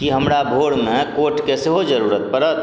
कि हमरा भोरमे कोर्टके सेहो जरूरत पड़त